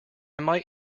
might